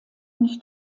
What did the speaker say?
nicht